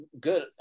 good